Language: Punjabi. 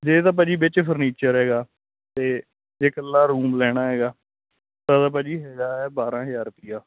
ਜੇ ਤਾਂ ਭਾਅ ਜੀ ਵਿੱਚ ਫਰਨੀਚਰ ਹੈਗਾ ਤੇ ਜੇ ਇਕੱਲਾ ਰੂਮ ਲੈਣਾ ਹੈਗਾ ਤਾਂ ਤਾ ਭਾਅ ਜੀ ਹੈਗਾ ਬਾਰਾਂ ਹਜਾਰ ਰੁਪਈਆ